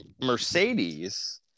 Mercedes